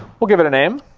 we'll give it a name,